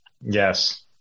Yes